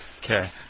Okay